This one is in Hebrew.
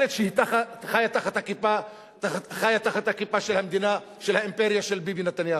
האחרת שחיה תחת הכיפה של האימפריה של ביבי נתניהו.